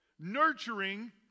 Nurturing